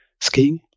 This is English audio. skiing